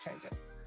changes